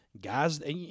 guys